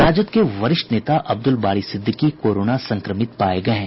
राजद के वरिष्ठ नेता अब्दूल बारी सिदिदकी कोरोना संक्रमित पाये गये हैं